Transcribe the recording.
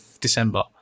December